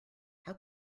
how